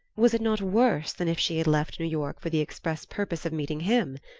was it not worse than if she had left new york for the express purpose of meeting him?